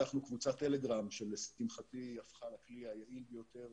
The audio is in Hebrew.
פתחנו קבוצת טלגרם שלשמחתי הפכה לכלי היעיל ביותר